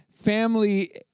family